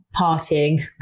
partying